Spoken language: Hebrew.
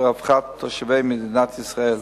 לרווחת תושבי מדינת ישראל.